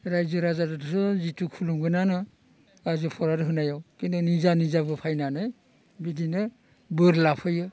रायजो राजाजोंथ' जिथु खुलुमगोनानो रायजोफोर होनायाव खिन्थु निजा निजाबो फैनानै बिदिनो बोर लाफैयो